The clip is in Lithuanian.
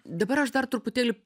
dabar aš dar truputėlį